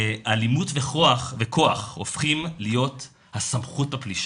אלימות וכוח הופכים להיות הסמכות בפלישה.